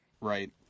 right